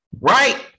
right